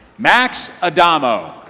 max adamo